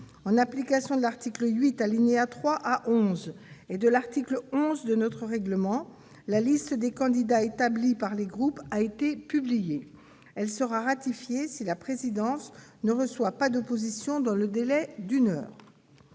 En application de l'article 8, alinéas 3 à 11, et de l'article 110 du règlement, la liste des candidats établie par les groupes a été publiée. Elle sera ratifiée si la présidence ne reçoit pas d'opposition dans le délai d'une heure.